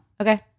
okay